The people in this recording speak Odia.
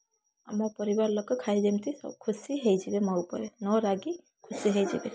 ଆମ ପରିବାର ଲୋକ ଖାଇ ଯେମିତି ଖୁସି ହେଇଯିବେ ମୋ ଉପରେ ନ ରାଗି ଖୁସି ହେଇଯିବେ